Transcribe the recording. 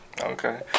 Okay